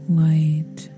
light